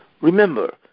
Remember